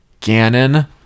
Ganon